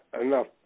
enough